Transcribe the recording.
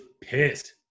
pissed